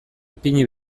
ipini